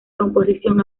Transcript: composición